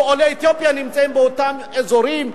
ועולי אתיופיה נמצאים באותם אזורים,